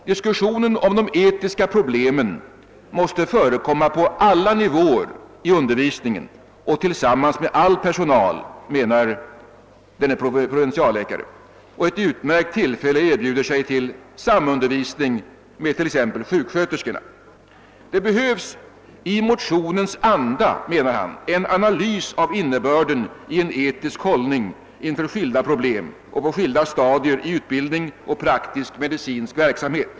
Diskussionen om de etiska problemen måste förekomma på alla nivåer i undervisningen och tillsammans med all personal, menar denne provinsialläkare, och ett utmärkt tillfälle erbjuder sig till samundervisning med t.ex. sjuksköterskorna. »Det behövs alltså i motionens anda», säger han, »en analys av innebörden i en etisk hållning inför skilda problem och på skilda stadier i utbild ning och praktisk medicinsk verksamhet.